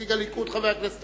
נציג הליכוד חבר הכנסת